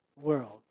world